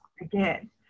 again